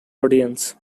ordinance